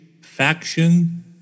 faction